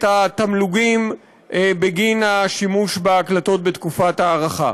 התמלוגים בגין השימוש בהקלטות בתקופת ההארכה.